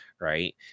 Right